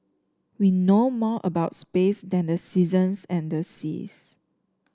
we know more about space than the seasons and the seas